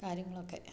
കാര്യങ്ങളൊക്കെ